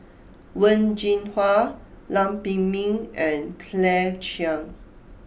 Wen Jinhua Lam Pin Min and Claire Chiang